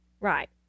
right